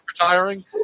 retiring